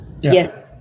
yes